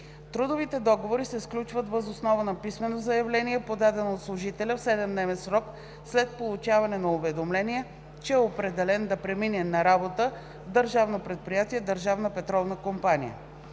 Трудовите договори се сключват въз основа на писмено заявление, подадено от служителя в 7-дневен срок след получаване на уведомление, че е определен да премине на работа в